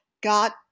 got